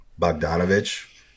bogdanovich